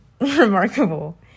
remarkable